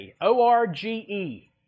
O-R-G-E